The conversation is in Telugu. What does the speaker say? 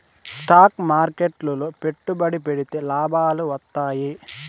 స్టాక్ మార్కెట్లు లో పెట్టుబడి పెడితే లాభాలు వత్తాయి